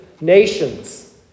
nations